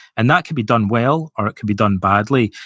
and that could be done well or it could be done badly.